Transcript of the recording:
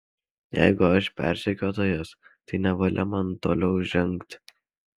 jeigu aš persekiotojas tai nevalia man toliau žengti